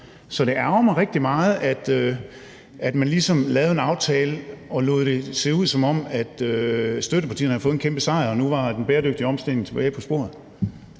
Så det ærgrer mig rigtig meget, at man ligesom lavede en aftale og lod det se ud, som om støttepartierne havde fået en kæmpe sejr og den bæredygtige omstilling nu var tilbage på sporet.